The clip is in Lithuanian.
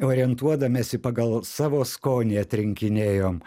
orientuodamiesi pagal savo skonį atrinkinėjom